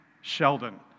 Sheldon